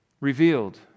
revealed